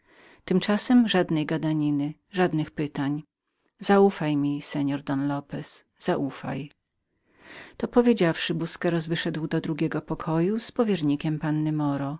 tymczasem żadnej gadaniny żadnego zapytania zaufaj mi seor don lopez zaufaj to powiedziawszy busqueros wyszedł do drugiego pokoju z powiernikiem panny